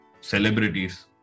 celebrities